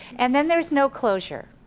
and then there's no closure.